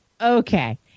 Okay